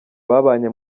babanye